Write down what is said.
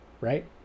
right